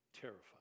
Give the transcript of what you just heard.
Terrified